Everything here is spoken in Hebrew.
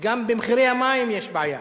וגם במחירי המים יש בעיה.